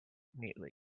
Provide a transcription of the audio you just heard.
neatly